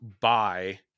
buy